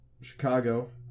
chicago